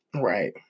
Right